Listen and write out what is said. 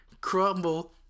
crumble